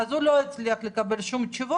הוא לא הצליח לקבל תשובות.